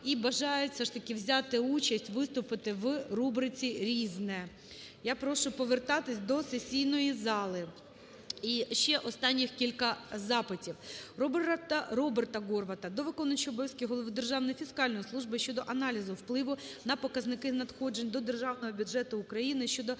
все ж таки взяти участь, виступити в рубриці "Різне". Я прошу повертатися до сесійної зали. І ще останніх кілька запитів. РобертаГорвата до виконуючого обов'язки голови Державної фіскальної служби щодо аналізу впливу на показники надходжень до Державного бюджету України щодо